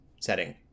setting